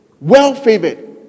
Well-favored